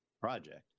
project